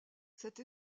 cette